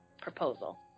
proposal